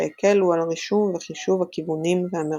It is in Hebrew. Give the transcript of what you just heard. שהקלו על רישום וחישוב הכיוונים והמרחקים.